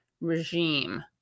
regime